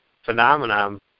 phenomenon